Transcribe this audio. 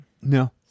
No